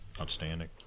outstanding